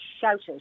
shouted